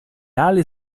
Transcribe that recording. ali